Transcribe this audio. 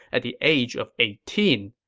at the age of eighteen.